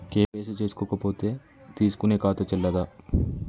KYC చేసుకోకపోతే తీసుకునే ఖాతా చెల్లదా?